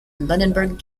lunenburg